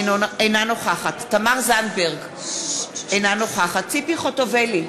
אינה נוכחת תמר זנדברג, אינה נוכחת ציפי חוטובלי,